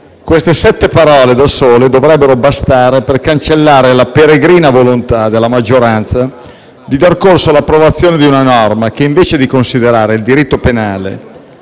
Queste sette parole da sole dovrebbero bastare per cancellare la peregrina volontà della maggioranza di dar corso all'approvazione di una norma che invece di considerare il diritto penale